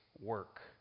work